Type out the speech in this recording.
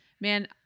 man